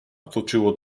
otoczyło